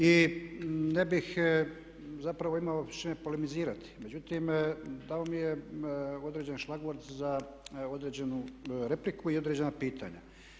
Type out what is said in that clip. I ne bih zapravo imao s čime polimizirati međutim dao mi je određeni šlagvort za određenu repliku i određena pitanja.